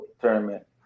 tournament